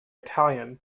italian